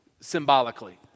symbolically